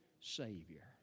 Savior